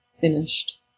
finished